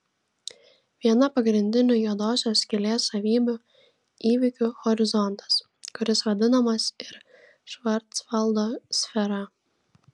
viena pagrindinių juodosios skylės savybių įvykių horizontas kuris vadinamas ir švarcvaldo sfera